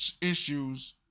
issues